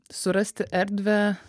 surasti erdvę